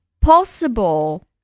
Possible